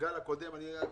בגל הקודם אגב,